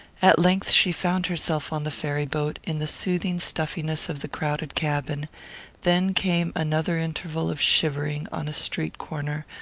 at length she found herself on the ferry-boat, in the soothing stuffiness of the crowded cabin then came another interval of shivering on a street-corner,